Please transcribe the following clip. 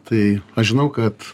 tai aš žinau kad